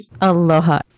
Aloha